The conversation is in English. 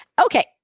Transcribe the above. Okay